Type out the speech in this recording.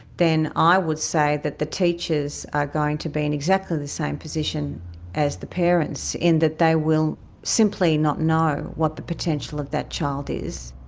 then i would say that the teachers are going to be in exactly the same position as the parents in that they will simply not know what the potential of that child is.